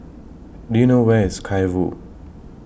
Do YOU know Where IS Sky Vue